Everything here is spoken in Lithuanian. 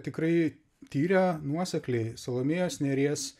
tikrai tyrę nuosekliai salomėjos nėries